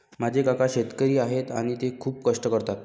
माझे काका शेतकरी आहेत आणि ते खूप कष्ट करतात